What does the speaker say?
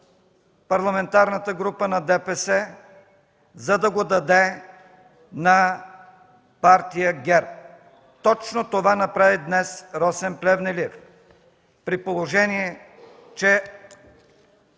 Парламентарната група на ДПС, за да го даде на Партия ГЕРБ. Точно това направи днес Росен Плевнелиев, при положение че